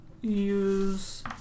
use